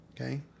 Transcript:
Okay